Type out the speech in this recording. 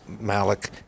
Malik